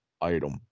item